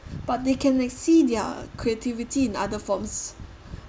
but they can exceed their creativity in other forms